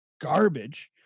garbage